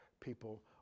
people